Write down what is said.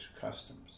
customs